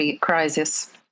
crisis